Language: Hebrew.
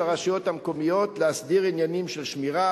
הרשויות המקומיות להסדיר עניינים של שמירה,